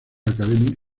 academy